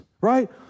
right